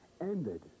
ended